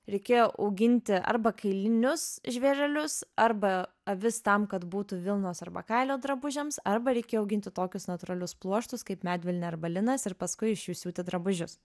reikėjo auginti arba kailinius žvėrelius arba avis tam kad būtų vilnos arba kailio drabužiams arba reikėjo auginti tokius natūralius pluoštus kaip medvilnė arba linas ir paskui iš jų siūti drabužius